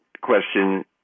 question